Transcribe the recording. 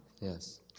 Yes